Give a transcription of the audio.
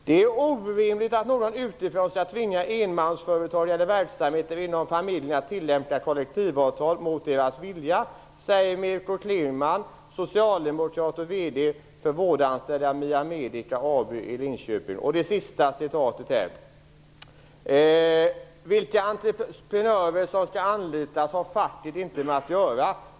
- "Det är orimligt att någon utifrån ska kunna tvinga enmansföretag eller verksamheter inom familjen att tillämpa kollektivavtal mot deras vilja, säger Mirko "Vilka entreprenörer som ska anlitas har facket inte med att göra.